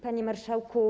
Panie Marszałku!